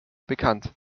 bekannt